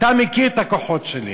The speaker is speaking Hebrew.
אתה מכיר את הכוחות שלי.